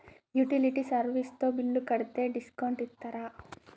Utility service తో bill కడితే discount ఇస్తరా?